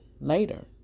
later